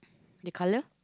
the colour